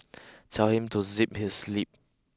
tell him to zip his lip